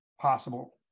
possible